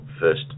first